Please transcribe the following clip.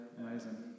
amazing